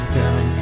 down